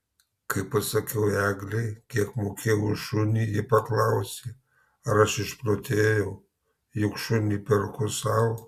kai pasakiau eglei kiek mokėjau už šunį ji paklausė ar aš išprotėjau juk šunį perku sau